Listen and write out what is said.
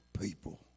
people